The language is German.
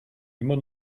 immer